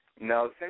No